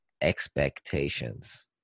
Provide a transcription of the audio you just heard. expectations